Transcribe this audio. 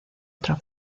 otra